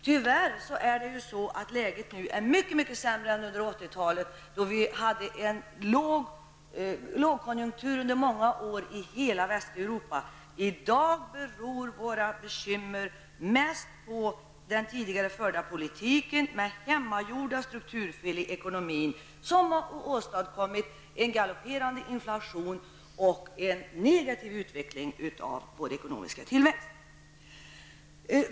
Tyvärr är läget nu mycket sämre än under 80-talet, då vi under många år hade en lågkonjunktur i hela Västeuropa. I dag beror våra bekymmer mest på den tidigare förda politiken med hemmagjorda strukturfel i ekonomin, som har åstadkommit en galopperande inflation och en negativ utveckling av vår ekonomiska tillväxt.